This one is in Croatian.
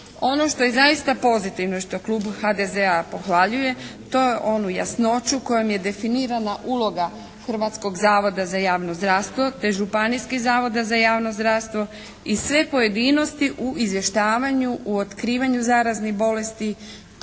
Ono što je zaista pozitivno što klub HDZ-a pohvaljuje, to je onu jasnoću kojom je definirana uloga Hrvatskog zavoda za javno zdravstvo te županijskih zavoda za javno zdravstvo i sve pojedinosti u izvještavanju, u otkrivanju zaraznih bolesti,